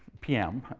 p m,